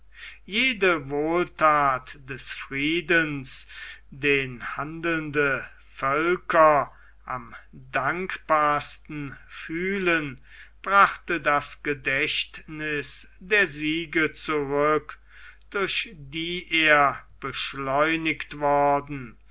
jede wohlthat des friedens den handelnde völker am dankbarsten fühlen brachte das gedächtniß der siege zurück durch die er beschleunigt worden